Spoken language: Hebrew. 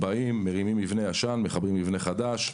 באים, מרימים מבנה ישן, מחברים מבנה חדש.